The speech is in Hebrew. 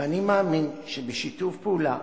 ואני מאמין שבשיתוף פעולה